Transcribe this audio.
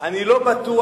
אני לא בטוח